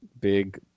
big